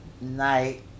night